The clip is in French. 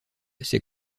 c’est